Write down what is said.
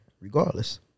Regardless